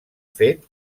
fet